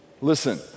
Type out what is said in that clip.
Listen